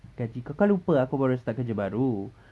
gaji kau kau lupa aku baru start kerja baru